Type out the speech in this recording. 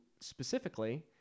specifically